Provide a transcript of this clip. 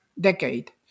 decade